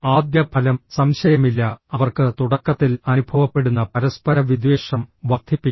ആദ്യ ഫലം സംശയമില്ല അവർക്ക് തുടക്കത്തിൽ അനുഭവപ്പെടുന്ന പരസ്പര വിദ്വേഷം വർദ്ധിപ്പിക്കും